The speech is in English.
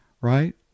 right